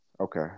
Okay